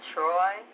Troy